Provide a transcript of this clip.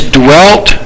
dwelt